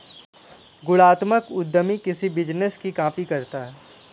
गुणात्मक उद्यमी किसी बिजनेस की कॉपी करता है